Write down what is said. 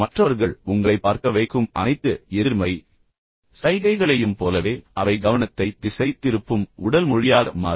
மற்றவர்கள் உங்களைப் பார்க்க வைக்கும் அனைத்து எதிர்மறை சைகைகளையும் போலவே அவை கவனத்தை திசை திருப்பும் உடல் மொழியாக மாறும்